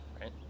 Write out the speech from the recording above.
right